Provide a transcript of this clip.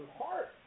heart